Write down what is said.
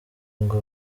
ngo